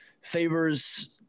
favors –